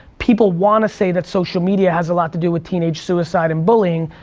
people wanna say that social media has a lot to do with teenage suicide and bullying,